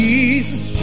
Jesus